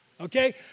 okay